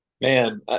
Man